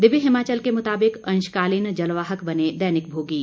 दिव्य हिमाचल के मुताबिक अंशकालीन जलवाहक बने दैनिक भोगी